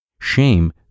Shame